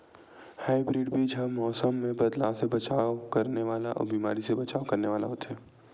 hybrid बीज हा मौसम मे बदलाव से बचाव करने वाला अउ बीमारी से बचाव करने वाला होथे